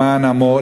למען עמו,